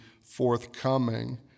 forthcoming